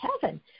heaven